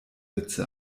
witze